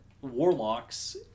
warlocks